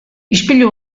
ispilu